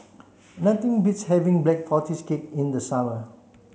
nothing beats having black tortoise cake in the summer